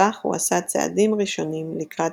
בכך הוא עשה צעדים ראשונים לקראת